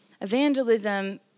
Evangelism